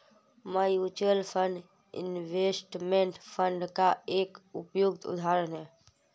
mutual fund investment fund का एक उपयुक्त उदाहरण है